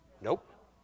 Nope